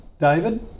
David